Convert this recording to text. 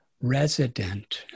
resident